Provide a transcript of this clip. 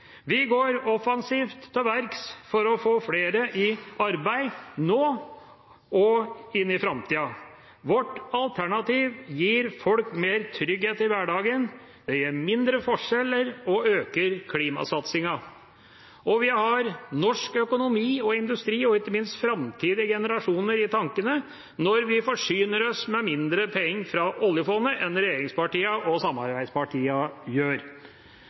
Vi går offensivt til verks for å få flere i arbeid nå og i framtiden. Vårt alternativ gir folk mer trygghet i hverdagen, det gir mindre forskjeller og øker klimasatsingen. Vi har norsk økonomi og industri, og ikke minst framtidige generasjoner, i tankene når vi forsyner oss med mindre penger fra oljefondet enn regjeringspartiene og samarbeidspartiene gjør.